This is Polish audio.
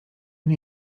nie